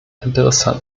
interessant